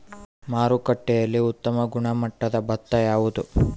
ಮಾರುಕಟ್ಟೆಯಲ್ಲಿ ಉತ್ತಮ ಗುಣಮಟ್ಟದ ಭತ್ತ ಯಾವುದು?